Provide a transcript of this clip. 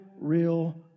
real